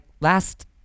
last